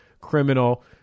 criminal